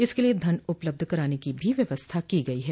इसके लिए धन उपलब्ध कराने की भी व्यवस्था की गई है